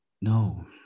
No